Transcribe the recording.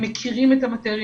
הם מכירים את המטריה.